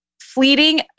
Fleeting